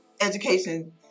education